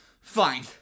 Fine